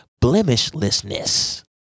blemishlessness